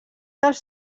dels